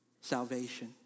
salvation